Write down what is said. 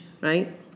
right